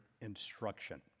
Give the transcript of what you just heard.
instruction